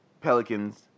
Pelicans